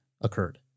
occurred